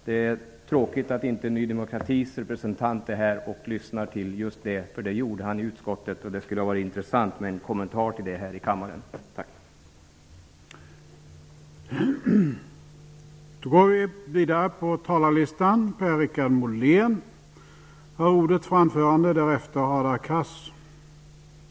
Det är tråkigt att inte Ny demokratis representant är här och lyssnar. Det skulle ha varit intressant att få höra hans kommentar.